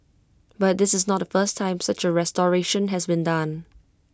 but this is not the first time such A restoration has been done